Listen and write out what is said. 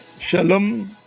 shalom